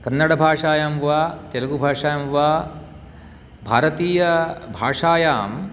कन्नडभाषायां वा तेलगुभाषायां वा भारतीयभाषायां